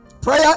prayer